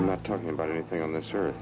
i'm not talking about anything on this earth